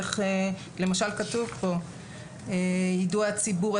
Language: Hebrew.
למשל כתוב כאן יידוע הציבור,